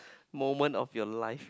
moment of your life